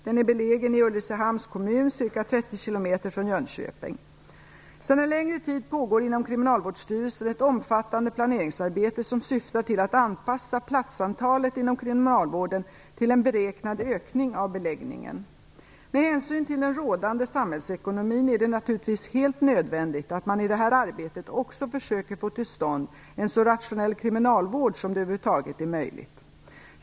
Den är belägen i Sedan en längre tid pågår inom Kriminalvårdsstyrelsen ett omfattande planeringsarbete som syftar till att anpassa platsantalet inom kriminalvården till en beräknad ökning av beläggningen. Med hänsyn till den rådande samhällsekonomin är det naturligtvis helt nödvändigt att man i detta arbete också försöker få till stånd en så rationell kriminalvård som det över huvud taget är möjligt.